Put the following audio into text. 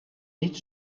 niet